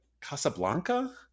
Casablanca